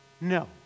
No